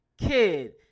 kid